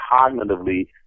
cognitively